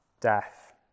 death